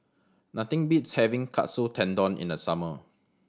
nothing beats having Katsu Tendon in the summer